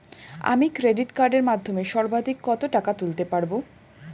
আমি ক্রেডিট কার্ডের মাধ্যমে সর্বাধিক কত টাকা তুলতে পারব?